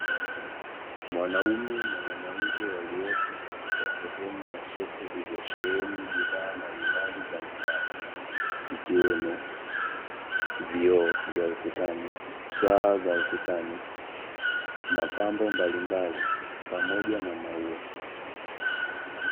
Mwanaume na mwanamke waliopo katika sehemu ya soko iliyosheheni bidhaa mbalimbali za nyumbani, ikiwemo: vioo vya ukutani, saa za ukutani, mapambo mbalimbali pamoja na maua.